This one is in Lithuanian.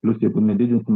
plius jie nedidinsim